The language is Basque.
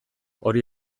hori